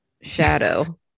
shadow